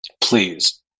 Please